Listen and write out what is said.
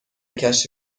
کشتی